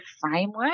framework